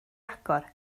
agor